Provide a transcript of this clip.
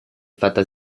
fatta